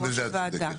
גם בזה את צודקת.